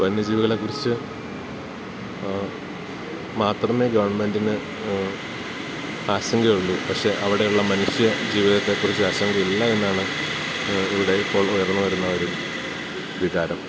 വന്യജീവികളെക്കുറിച്ച് മാത്രമേ ഗെവൺമെൻറ്റിന് ആശങ്ക ഉള്ളൂ പക്ഷേ അവിടെയുള്ള മനുഷ്യ ജീവിതത്തെെക്കുറിച്ച് അശങ്ക ഇല്ല എന്നാണ് ഇവിടെ ഇപ്പോൾ ഉയർന്ന് വരുന്ന ഒരു വികാരം